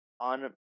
on